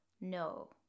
No